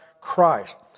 Christ